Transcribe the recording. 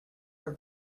for